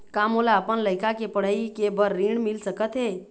का मोला अपन लइका के पढ़ई के बर ऋण मिल सकत हे?